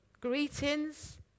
greetings